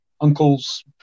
uncles